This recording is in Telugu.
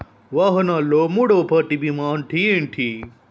వాహనాల్లో మూడవ పార్టీ బీమా అంటే ఏంటి?